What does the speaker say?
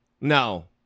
No